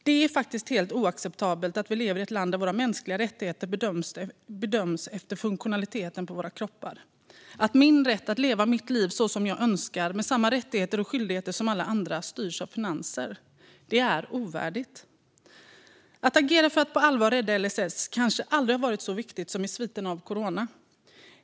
Det är helt oacceptabelt att vi lever i ett land där mänskliga rättigheter bedöms utifrån kroppens funktionalitet och att min rätt att leva mitt liv så som jag önskar, med samma rättigheter och skyldigheter som andra, styrs av finanserna. Det är ovärdigt. Att agera för att på allvar rädda LSS har kanske aldrig varit så viktigt som i sviterna av corona.